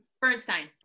Bernstein